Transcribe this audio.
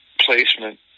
placement